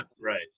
Right